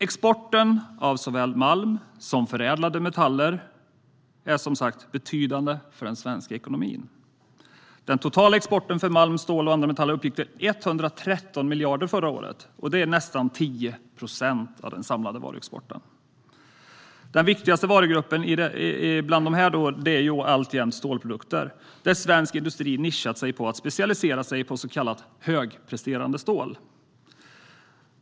Exporten av såväl malm som förädlade metaller är som sagt betydande för den svenska ekonomin. Den totala exporten av malm, stål och andra metaller uppgick till 113 miljarder förra året. Det är nästan 10 procent av den samlade varuexporten. Den viktigaste varugruppen bland dessa är alltjämt stålprodukter, där svensk industri nischat sig genom att specialisera sig på så kallat högpresterande stål.